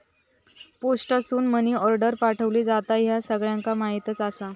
पोस्टासून money order पाठवली जाता, ह्या सगळ्यांका माहीतच आसा